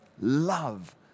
love